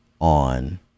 on